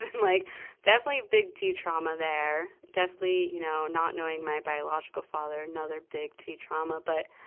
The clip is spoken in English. and like definitely big t trauma there. definitely, you know, not knowing my biological father, another big t trauma. but,